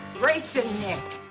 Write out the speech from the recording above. grace and nick.